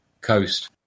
coast